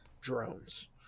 drones